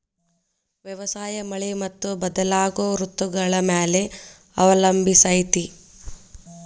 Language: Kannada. ವ್ಯವಸಾಯ ಮಳಿ ಮತ್ತು ಬದಲಾಗೋ ಋತುಗಳ ಮ್ಯಾಲೆ ಅವಲಂಬಿಸೈತ್ರಿ